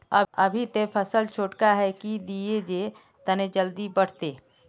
अभी ते फसल छोटका है की दिये जे तने जल्दी बढ़ते?